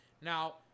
Now